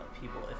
people